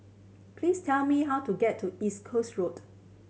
please tell me how to get to East Coast Road